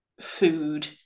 food